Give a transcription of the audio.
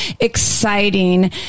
exciting